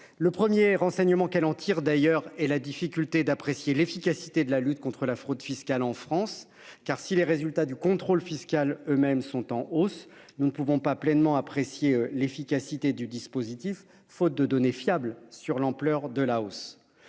le 1er renseignements qu'elle en tire d'ailleurs et la difficulté d'apprécier l'efficacité de la lutte contre la fraude fiscale en France. Car si les résultats du contrôle fiscal eux-mêmes sont en hausse. Nous ne pouvons pas pleinement apprécié l'efficacité du dispositif, faute de données fiables sur l'ampleur de la hausse